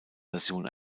version